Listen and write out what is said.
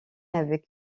avec